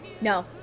No